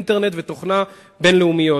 אינטרנט ותוכנה בין-לאומיות,